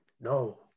no